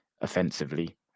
offensively